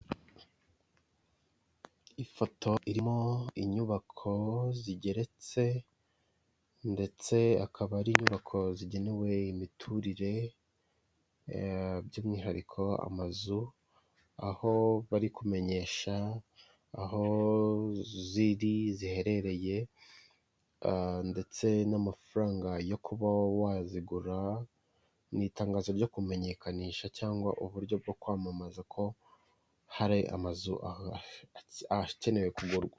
Ifoto irimo inyubako zigeretse ndetse akaba ari inyubako zigenewe imiturire by'umwihariko amazu aho bari kumenyesha aho ziri, ziherereye ndetse n'amafaranga yo kuba wazigura ni itangazo ryo kumenyekanisha cyangwa uburyo bwo kwamamaza ko hari amazu akenewe kugurwa.